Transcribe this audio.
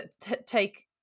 take